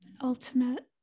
ultimate